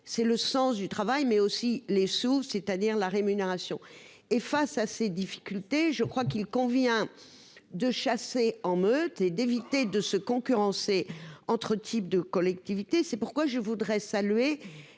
c'est le sens du travail mais aussi les sous-, c'est-à-dire la rémunération et face à ces difficultés. Je crois qu'il convient de chasser en meute et d'éviter de se concurrencer entre types de collectivités. C'est pourquoi je voudrais saluer